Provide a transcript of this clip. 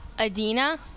Adina